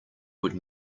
would